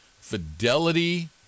Fidelity